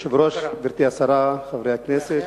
אדוני היושב-ראש, גברתי השרה, חברי הכנסת,